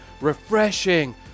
refreshing